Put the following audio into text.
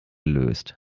löst